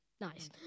Nice